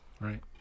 right